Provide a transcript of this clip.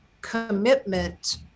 commitment